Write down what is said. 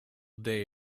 day